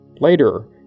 Later